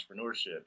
entrepreneurship